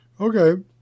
Okay